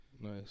Nice